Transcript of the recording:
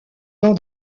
dans